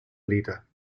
leader